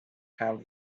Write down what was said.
have